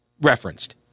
referenced